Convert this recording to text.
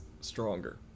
stronger